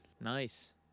Nice